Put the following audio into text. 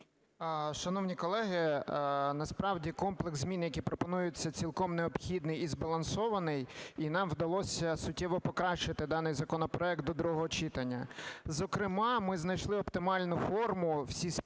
Шановні колеги, насправді комплекс змін, які пропонуються, цілком необхідний і збалансований. І нам вдалося суттєво покращити даний законопроект до другого читання, зокрема, ми знайшли оптимальну форму всі спільно,